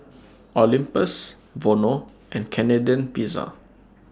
Olympus Vono and Canadian Pizza